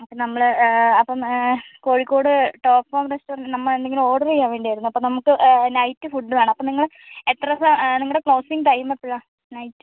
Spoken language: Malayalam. അപ്പം നമ്മള് അപ്പം കോഴിക്കോട് ടോപ്പ് ഫാമ് റെസ്റ്റോറന്റ് നമ്മള് എന്തെങ്കിലും ഓഡറ് ചെയ്യാൻ വേണ്ടിയായിരുന്നു അപ്പം നമുക്ക് നൈറ്റ് ഫുഡ് വേണം അപ്പം നിങ്ങള് എത്ര സ നിങ്ങളുടെ ക്ലോസിങ്ങ് ടൈമ് എപ്പഴാണ് നൈറ്റ്